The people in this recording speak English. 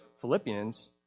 Philippians